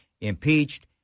impeached